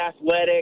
athletic